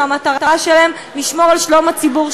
שהמטרה שלהם לשמור על שלום הציבור.